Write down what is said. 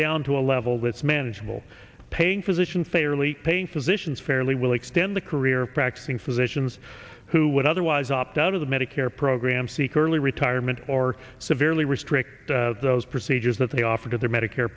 down to a level that's manageable paying physician fairly paying physicians fairly will extend the career practicing physicians who would otherwise opt out of the medicare program seek early retirement or severely restrict those procedures that they offer to their medicare